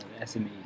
SMEs